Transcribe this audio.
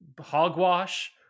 hogwash